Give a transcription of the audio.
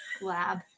lab